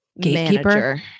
Gatekeeper